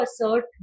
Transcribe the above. assert